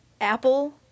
apple